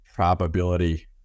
probability